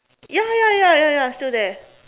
ya ya ya ya ya still there